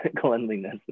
cleanliness